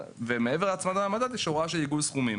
ומעבר להצמדה למדד יש הוראה של עיגול סכומים.